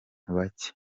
bake